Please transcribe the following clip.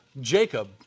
Jacob